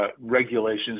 regulations